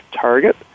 target